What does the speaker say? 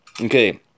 okay